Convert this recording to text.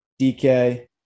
DK